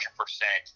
100%